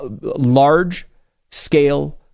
large-scale